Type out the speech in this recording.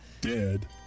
Dead